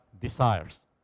desires